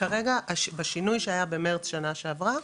כרגע בשינוי שהיה במרץ שנה שעברה,